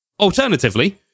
Alternatively